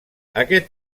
aquest